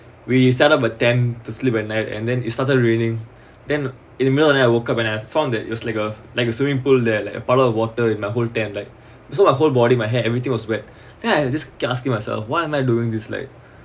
we set up a tent to sleep at night and then it started raining then in the middle of the night I woke up and I found that it was like a like a swimming pool that like a puddle of water in my whole tent like so my whole body my hair everything was wet then I just keep asking myself why am I doing this like